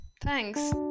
Thanks